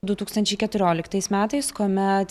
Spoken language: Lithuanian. du tūkstančiai keturioliktais metais kuomet